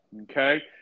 Okay